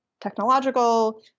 technological